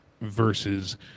versus